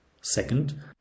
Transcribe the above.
Second